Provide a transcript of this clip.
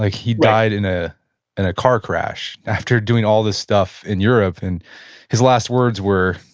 ah he died in a and car crash after doing all this stuff in europe, and his last words were,